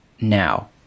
now